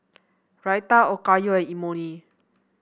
Raita Okayu and Imoni